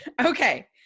okay